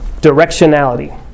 Directionality